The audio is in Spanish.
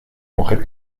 mujer